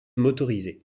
motorisée